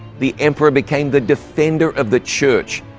the emperor became the defender of the church,